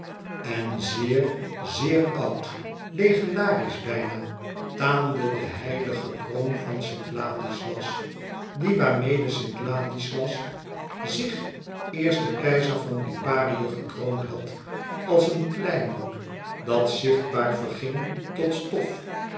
en zeer zeer oud legendarisch bijna taande de heilige kroon van st ladislas die waarmede st ladislas zich eersten keizer van liparië gekroond had als een kleinood dat zichtbaar verging tot stof